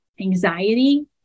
anxiety